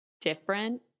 different